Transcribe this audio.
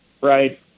right